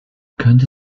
könnte